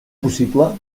possible